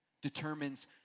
determines